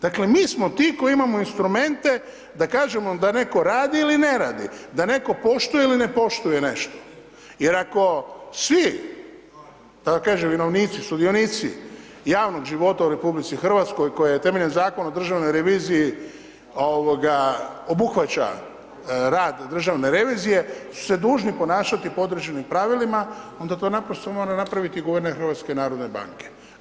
Dakle, mi smo ti koji imamo instrumente da kažemo da netko radi ili ne radi, da netko poštuje ili ne poštuje nešto jer ako svi, da vam kažem i vjerovnici i sudionici javnog života u RH koje je temeljem Zakona o državnoj reviziji obuhvaća rad državne revizije su se dužni ponašati po određenim pravilima, onda to naprosto mora napraviti guverner HNB-a.